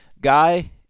Guy